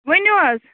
ؤنِو حظ